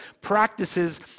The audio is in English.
practices